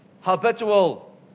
Habitual